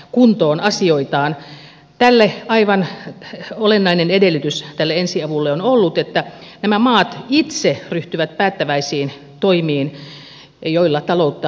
tälle ensiavulle aivan olennainen edellytys on ollut että nämä maat itse ryhtyvät päättäväisiin toimiin joilla taloutta tasapainotetaan